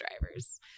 drivers